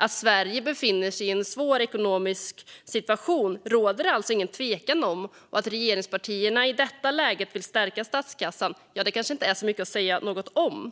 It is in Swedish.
Att Sverige befinner sig i en svår ekonomisk situation råder det alltså ingen tvekan om, och att regeringspartierna i detta läge vill stärka statskassan är kanske inte så mycket att säga något om.